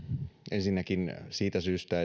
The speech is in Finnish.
ensinnäkin siitä syystä